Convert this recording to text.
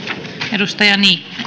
edustaja